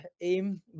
aim